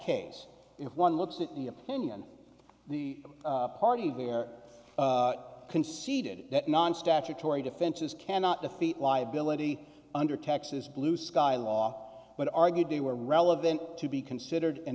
case if one looks at the opinion the party where conceded that non statutory defenses cannot defeat liability under texas blue sky law but argued they were relevant to be considered in